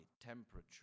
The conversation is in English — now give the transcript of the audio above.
temperature